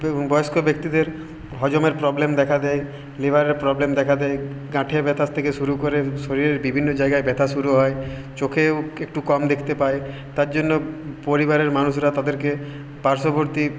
বয়স্ক ব্যক্তিদের হজমের প্রবলেম দেখা দেয় লিভারের প্রবলেম দেখা দেয় গাঁঠে ব্যথার থেকে শুরু করে শরীরের বিভিন্ন জায়গায় ব্যথা শুরু হয় চোখেও একটু কম দেখতে পায় তার জন্য পরিবারের মানুষরা তাদেরকে পার্শ্ববর্তী